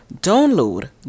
download